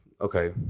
okay